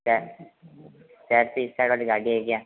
self self start वाली गाड़ी है क्या